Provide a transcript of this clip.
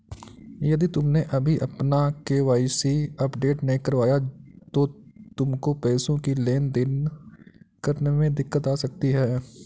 यदि तुमने अभी अपना के.वाई.सी अपडेट नहीं करवाया तो तुमको पैसों की लेन देन करने में दिक्कत आ सकती है